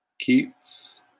Keats